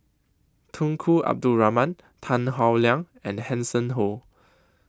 Tunku Abdul Rahman Tan Howe Liang and Hanson Ho